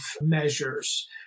measures